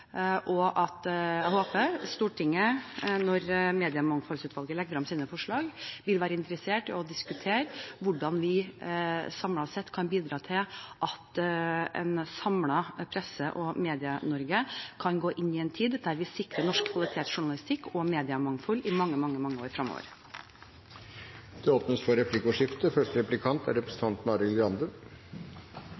overfor, og jeg håper at Stortinget, når Mediemangfoldsutvalget legger frem sine forslag, vil være interessert i å diskutere hvordan vi samlet sett kan bidra til at et samlet Presse- og Medie-Norge kan gå inn i en tid der vi sikrer norsk kvalitetsjournalistikk og mediemangfold i mange, mange år fremover. Det blir replikkordskifte. Det er